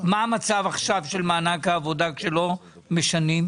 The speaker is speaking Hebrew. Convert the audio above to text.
מה המצב עכשיו של מענק העבודה כשלא משנים?